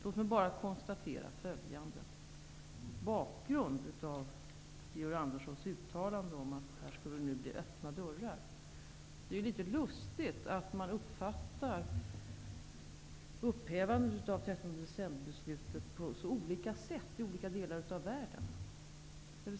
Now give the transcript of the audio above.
Låt mig bara konstatera följande när det gäller bakgrunden till Georg Anderssons uttalande om att här i Sverige skulle vara öppna dörrar. Det är litet lustigt att upphävandet av 13 december-beslutet uppfattas så olika i olika delar av världen.